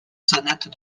sonates